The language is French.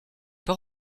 pas